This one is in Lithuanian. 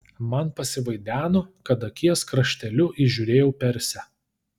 man pasivaideno kad akies krašteliu įžiūrėjau persę